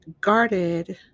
guarded